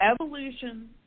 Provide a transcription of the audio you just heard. evolution –